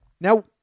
Now